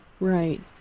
Right